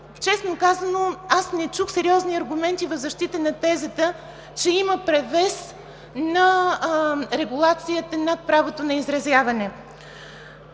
честно казано не чух сериозни аргументи в защита на тезата, че има превес на регулацията на правото на изразяване.